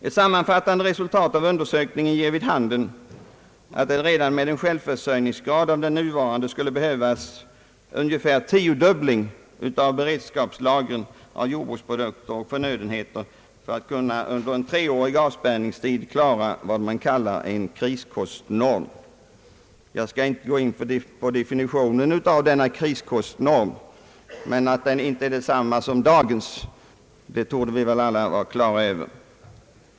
Ett sammanfattande resultat av undersökningen ger vid handen att det redan med en självförsörjningsgrad av den nuvarande skulle behövas ungefär en tiodubbling av beredskapslagren av jordbruksprodukter och förnödenheter för att under en treårig avspärrningstid kunna klara vad man kallar en kriskostnorm. Jag skall inte gå in på en definition av denna norm, men att den inte är densamma som dagens torde vi alla vara på det klara med.